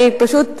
פשוט,